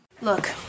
look